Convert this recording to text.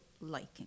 liking